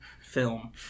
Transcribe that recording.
film